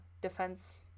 defense